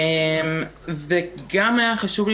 מסדר-היום.